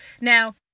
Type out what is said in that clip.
now